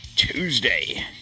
Tuesday